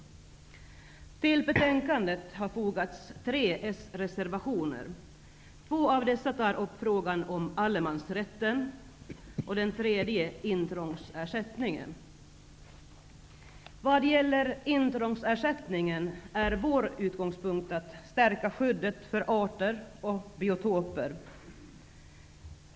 Till betänkadet har fogats tre s-reservationer. Två av dessa tar upp frågan om allemansrätten och den tredje intrångsersättningen. Vad gäller intrångsersättningen är vår utgångspunkt att stärka skyddet för arter och biotoper.